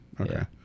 okay